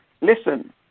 Listen